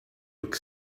look